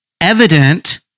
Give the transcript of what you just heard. evident